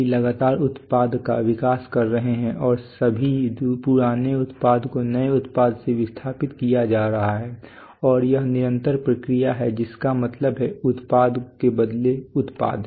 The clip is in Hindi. और RD लगातार उत्पाद का विकास कर रहे हैं और सभी पुराने उत्पाद को नए उत्पाद से विस्थापित किया जा रहा है और यह निरंतर प्रक्रिया है जिसका मतलब है उत्पाद के बदले उत्पाद